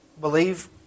believe